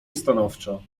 stanowczo